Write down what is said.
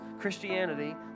Christianity